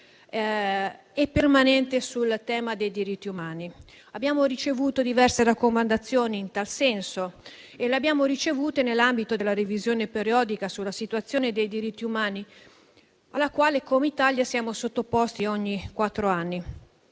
e permanente sul tema dei diritti umani. Abbiamo ricevuto diverse raccomandazioni in tal senso nell'ambito della revisione periodica sulla situazione dei diritti umani alla quale il nostro Paese è sottoposto ogni quattro anni.